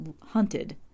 hunted